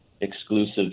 exclusive